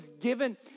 given